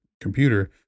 computer